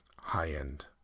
high-end